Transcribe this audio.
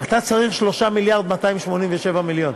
אתה צריך 3.287 מיליארד.